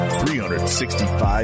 365